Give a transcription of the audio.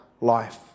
life